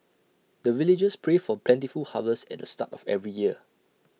the villagers pray for plentiful harvest at the start of every year